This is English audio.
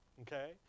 Okay